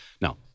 Now